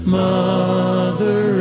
mother